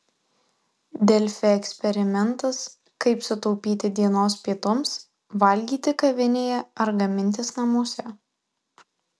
delfi eksperimentas kaip sutaupyti dienos pietums valgyti kavinėje ar gamintis namuose